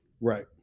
Right